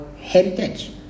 heritage